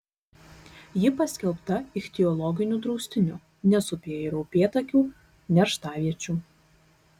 ji paskelbta ichtiologiniu draustiniu nes upėje yra upėtakių nerštaviečių